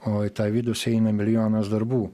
o į tą vidų sueina milijonas darbų